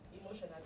emotionally